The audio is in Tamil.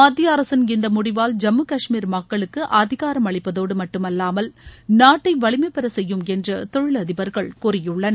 மத்திய அரசின் இந்த முடிவால் ஜமமு கஷ்மீர் மக்களுக்கு அதிகாரம் அளிப்பதோடு மட்டுமல்லாமல் நாட்டை வலிமை பெற செய்யும் என்று தொழிலதிபர்கள் கூறியுள்ளனர்